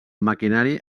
maquinari